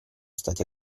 stati